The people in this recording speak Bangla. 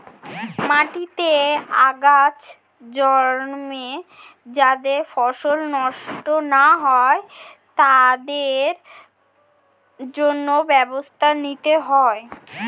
মাটিতে আগাছা জন্মে যাতে ফসল নষ্ট না হয় তার জন্য ব্যবস্থা নিতে হয়